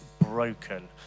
broken